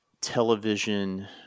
television